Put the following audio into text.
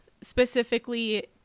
specifically